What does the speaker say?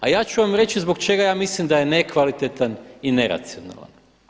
A ja ću vam reći zbog čega ja mislim da je nekvalitetan i neracionalan.